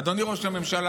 אדוני ראש הממשלה,